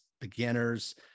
beginners